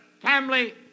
Family